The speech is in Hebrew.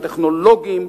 הטכנולוגיים,